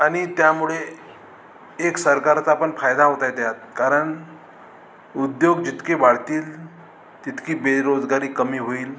आणि त्यामुळे एक सरकारचा पण फायदा होत आहे त्यात कारण उद्योग जितके वाढतील तितकी बेरोजगारी कमी होईल